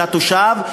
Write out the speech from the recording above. של התושב,